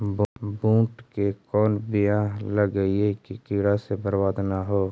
बुंट के कौन बियाह लगइयै कि कीड़ा से बरबाद न हो?